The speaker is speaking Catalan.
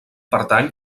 pertany